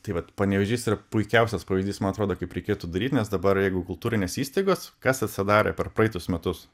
tai vat panevėžys yra puikiausias pavyzdys man atrodo kaip reikėtų daryt nes dabar jeigu kultūrinės įstaigos kas atsidarė per praeitus metus